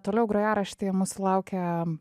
toliau grojarašty mūsų laukia